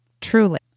Truly